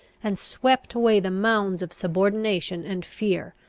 and swept away the mounds of subordination and fear.